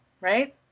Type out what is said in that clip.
right